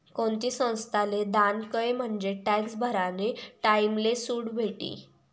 कोणती संस्थाले दान कयं म्हंजे टॅक्स भरानी टाईमले सुट भेटी